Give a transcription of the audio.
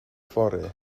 fory